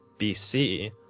BC